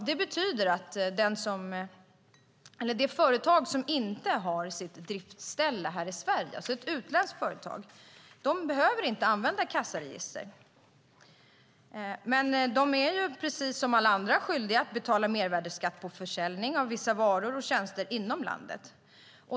Det betyder att ett företag som inte har sitt driftsställe här i Sverige, alltså ett utländskt företag, inte behöver använda kassaregister. Men de är precis som alla andra skyldiga att betala mervärdesskatt på försäljning av vissa varor och tjänster inom landet.